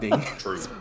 True